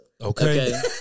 Okay